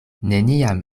neniam